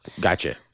Gotcha